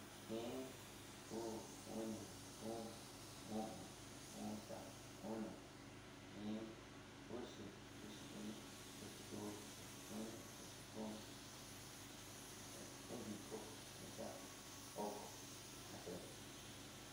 Iin, uu, oni, ko, o'on, uxa, ona, íín, uxi, uxi iin, uxi uu, uxi oni, uxi ko, he udiko, uxa, oko, asta ahi.